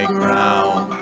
ground